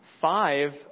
Five